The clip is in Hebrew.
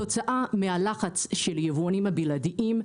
נתייחס גם לזה.